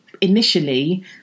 initially